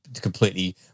completely